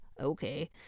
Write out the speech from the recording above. okay